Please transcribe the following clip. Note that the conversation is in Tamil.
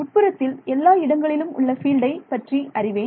உட்புறத்தில் எல்லா இடங்களிலும் உள்ள ஃபீல்டை பற்றி அறிவேன்